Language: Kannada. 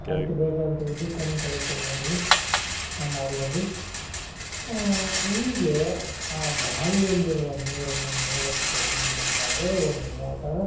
ಅದಕ್ಕೆ ಬೇಕಾದಂಥ ವಿದ್ಯುತ್ತನ್ನು ತೆಗೆದ್ಕೊಂಡು ಬಂದ್ವಿ ನಮ್ಮ ಹೊಲ್ದಲ್ಲಿ ಹೀಗೆ ಆ ಬಾವಿಯಲ್ಲಿರುವ ನೀರನ್ನು ಮೇಲಕ್ಕೆ ತೆಗಿಬೇಕಾದರೆ ಒಂದು ಮೋಟಾರ್